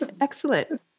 Excellent